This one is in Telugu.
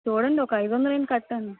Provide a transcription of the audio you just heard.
చూడండి ఒక ఐదు వందలైనా కట్టండి